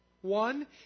One